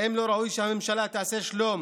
האם לא ראוי שהממשלה תעשה שלום